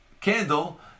candle